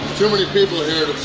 too many people here